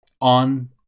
on